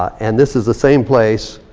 and this is the same place